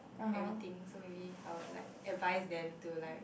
everything so maybe I will like advise them to like